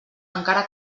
encara